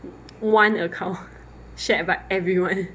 one account shared by everyone